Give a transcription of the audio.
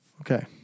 Okay